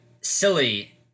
silly